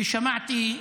ששמעתי,